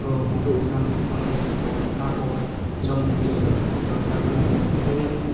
ᱠᱚ ᱩᱰᱩᱜ ᱟᱠᱟᱱ ᱦᱚᱨᱞᱤᱠᱥ ᱠᱚ ᱚᱱᱟ ᱠᱚ ᱡᱚᱢ ᱦᱚᱪᱚ ᱫᱚᱨᱠᱟᱨ ᱠᱟᱱᱟ ᱪᱤᱞᱰᱨᱮᱱᱟᱜ